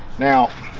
now